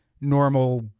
normal